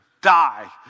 die